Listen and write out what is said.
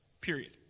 Period